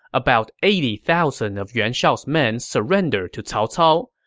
about eighty thousand of yuan shao's men surrendered to cao cao,